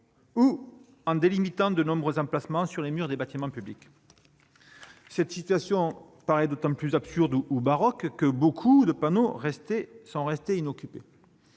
ou en délimitant de nouveaux emplacements sur les murs des bâtiments publics. Cette situation paraît d'autant plus absurde que nombre de panneaux sont restés inoccupés.